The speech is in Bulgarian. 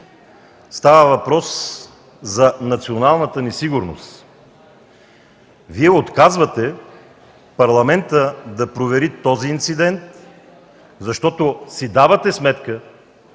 Става въпрос за националната ни сигурност. Вие отказвате Парламентът да провери този инцидент, защото си давате сметка,